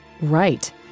Right